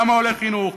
כמה עולה חינוך?